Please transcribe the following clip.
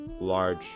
large